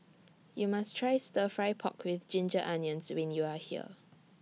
YOU must Try Stir Fry Pork with Ginger Onions when YOU Are here